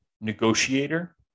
negotiator